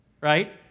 right